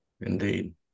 Indeed